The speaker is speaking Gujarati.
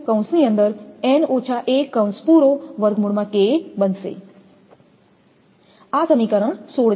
તેથી સ્ટ્રિંગની કાર્યક્ષમતા હશે આ સમીકરણ 16 છે